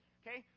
okay